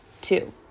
two